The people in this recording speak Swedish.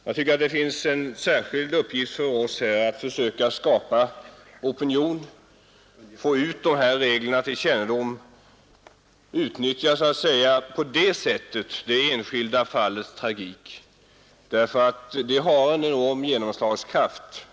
Jag tycker att det är en särskild uppgift för oss här i riksdagen att försöka skapa opinion och att sprida kännedom om de regler som finns. På det sättet kan det enskilda fallets tragik användas. Detta har nämligen en enorm genomslegskraft.